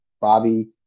Bobby